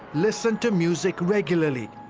listen to music regularly.